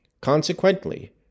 Consequently